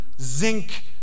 zinc